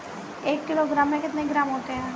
एक किलोग्राम में कितने ग्राम होते हैं?